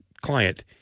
client